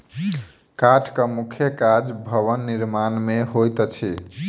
काठक मुख्य काज भवन निर्माण मे होइत अछि